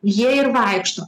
jie ir vaikšto